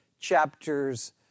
chapters